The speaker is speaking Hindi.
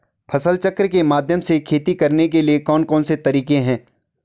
फसल चक्र के माध्यम से खेती करने के लिए कौन कौन से तरीके हैं?